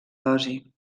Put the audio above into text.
dosi